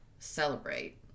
Celebrate